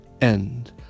end